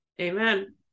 amen